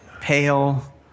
Pale